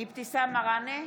אבתיסאם מראענה,